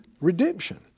redemption